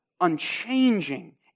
unchanging